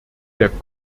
der